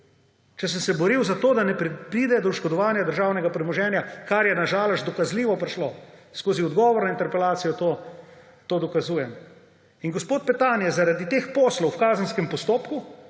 Če sem se boril za to, da ne pride do oškodovanja državnega premoženja, kar je na žalost dokazljivo prišlo, skozi odgovor na interpelacijo to dokazujem. In gospod Petan je zaradi teh poslov v kazenskem postopku.